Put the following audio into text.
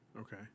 Okay